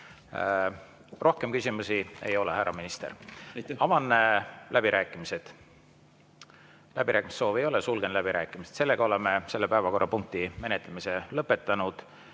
Rohkem küsimusi ei ole, härra minister. Avan läbirääkimised. Läbirääkimissoovi ei ole, sulgen läbirääkimised. Oleme selle päevakorrapunkti menetlemise lõpetanud.